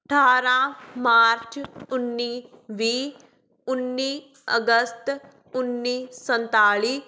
ਅਠਾਰਾਂ ਮਾਰਚ ਉੱਨੀ ਵੀਹ ਉੱਨੀ ਅਗਸਤ ਉੱਨੀ ਸੰਨਤਾਲੀ